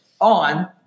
on